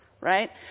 right